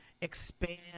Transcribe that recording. expand